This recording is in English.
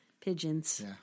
pigeons